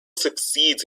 succeeds